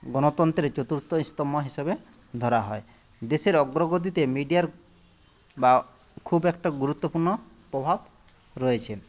গণতন্ত্রের চতুর্থ স্তম্ভ হিসাবে ধরা হয় দেশের অগ্রগতিতে মিডিয়ার বা খুব একটা গুরুত্বপূর্ণ প্রভাব রয়েছে